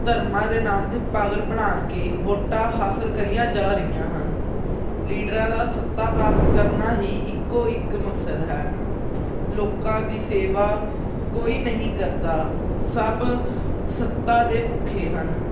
ਧਰਮਾਂ ਦੇ ਨਾਮ 'ਤੇ ਪਾਗਲ ਬਣਾ ਕੇ ਵੋਟਾਂ ਹਾਸਲ ਕਰੀਆਂ ਜਾ ਰਹੀਆਂ ਹਨ ਲੀਡਰਾਂ ਦਾ ਸੱਤਾ ਪ੍ਰਾਪਤ ਕਰਨਾ ਹੀ ਇੱਕੋ ਇੱਕ ਮਕਸਦ ਹੈ ਲੋਕਾਂ ਦੀ ਸੇਵਾ ਕੋਈ ਨਹੀਂ ਕਰਦਾ ਸਭ ਸੱਤਾ ਦੇ ਭੁੱਖੇ ਹਨ